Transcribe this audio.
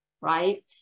right